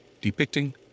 depicting